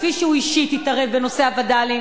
כפי שהוא אישית התערב בנושא הווד"לים